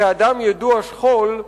כאדם ידוע שכול,